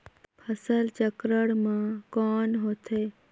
फसल चक्रण मा कौन होथे?